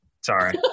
Sorry